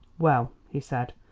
well, he said,